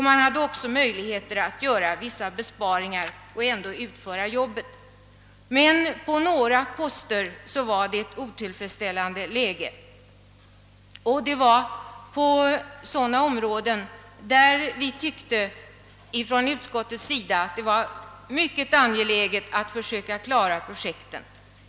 Man hade också möjligheter att göra vissa besparingar och ändå få arbeten utförda. I fråga om några poster var emellertid läget otillfredsställande, och det gällde sådana områden där vi i utskottet tyckte att det var mycket angeläget att försöka klara projekten.